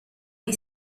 dei